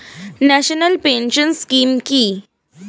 National pension scheme কি?